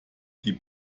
die